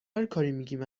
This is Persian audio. میگیم